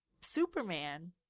Superman